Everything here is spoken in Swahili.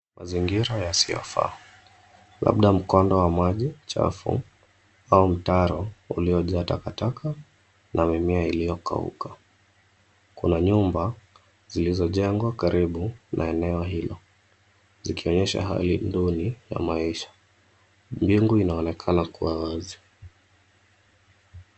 Mazingira yasiyofaa. Labda mkondo wa maji chafu au mtaro uliyojaa takataka na mimea iliyokauka. Kuna nyumba zilizojengwa karibu na eneo hilo zikionyesha hali duni ya maisha. Mbingu inaonekana kuwa wazi.